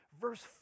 Verse